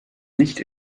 nicht